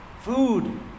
Food